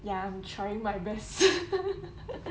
ya I'm trying my best